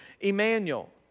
Emmanuel